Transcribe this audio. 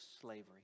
slavery